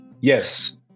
Yes